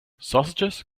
sausages